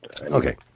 Okay